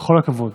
בכל הכבוד,